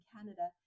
Canada